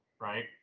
right